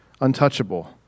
untouchable